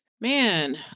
Man